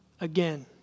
again